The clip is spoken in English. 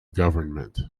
government